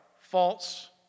false